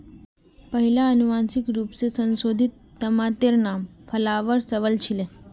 पहिला अनुवांशिक रूप स संशोधित तमातेर नाम फ्लावर सवर छीले